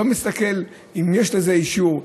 לא מסתכלים אם יש לזה אישור,